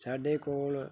ਸਾਡੇ ਕੋਲ